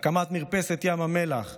הקמת מרפסת ים המלח,